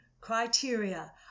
criteria